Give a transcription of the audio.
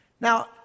Now